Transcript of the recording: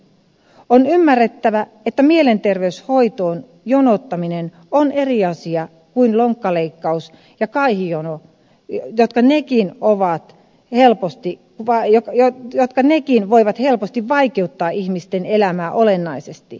on ymmärrettävä että mielenterveyshoitoon jonottaminen on eri asia kuin lonkkaleikkaus ja kaihijono jotka nekin voivat helposti vaieta ja lätkänekin voivat helposti vaikeuttaa ihmisten elämää olennaisesti